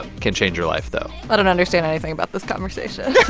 can change your life, though i don't understand anything about this conversation